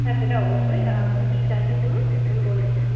হ্যাঁ সেটা অবশ্যই আপনি কী চাইছেন বলুন আমি বলে দিচ্ছি